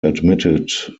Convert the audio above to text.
admitted